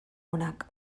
onak